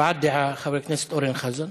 הבעת דעה, חבר הכנסת אורן חזן.